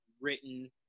written